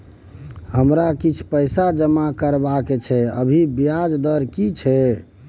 हमरा किछ पैसा जमा करबा के छै, अभी ब्याज के दर की छै?